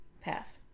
path